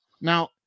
Now